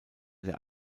der